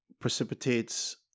precipitates